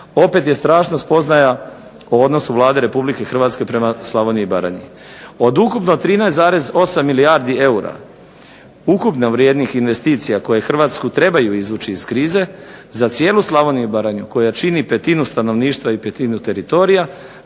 opet je strašna spoznaja o odnosu Vlade Republike Hrvatske prema Slavoniji i Baranji. Od ukupno 13,8 milijardi eura ukupno vrijednih investicija koje Hrvatsku trebaju izvući iz krize za cijelu Slavoniju i Baranju koja čini petinu stanovništva i petinu teritorija